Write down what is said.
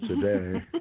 today